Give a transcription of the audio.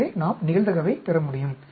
எனவே நாம் நிகழ்தகவைப் பெற முடியும்